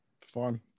Fine